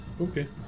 Okay